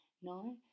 ¿No